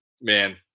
Man